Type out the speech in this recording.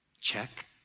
Check